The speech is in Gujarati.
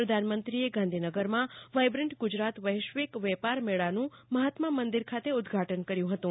પ્રધાનમંત્રીએ ગાંધીનગરમાં વાયબ્રન્ટ ગુજરાત વૈશ્વિક વેપાર મેળાનું મહાત્મા મંદિર ખાતે ઉદ્દઘાટન કર્યું હતું